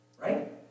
right